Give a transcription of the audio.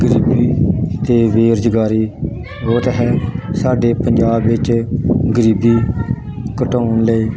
ਗਰੀਬੀ ਅਤੇ ਬੇਰੁਜ਼ਗਾਰੀ ਬਹੁਤ ਹੈ ਸਾਡੇ ਪੰਜਾਬ ਵਿੱਚ ਗਰੀਬੀ ਘਟਾਉਣ ਲਈ